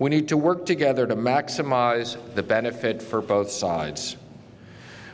we need to work together to maximize the benefit for both sides